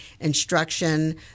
instruction